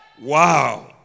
wow